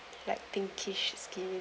like pinkish skin